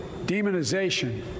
demonization